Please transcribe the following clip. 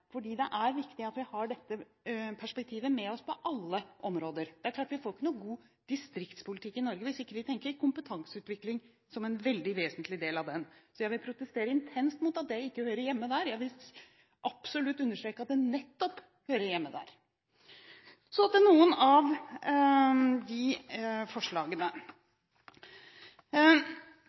Det er viktig at vi har dette perspektivet med oss på alle områder. Vi får ingen god distriktspolitikk i Norge hvis vi ikke tenker at kompetanseutvikling er en vesentlig del av den. Så jeg vil protestere intenst mot at dette ikke hører hjemme der – jeg vil understreke at det nettopp hører hjemme der. Så til noen av forslagene.